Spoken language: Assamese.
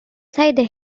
চাই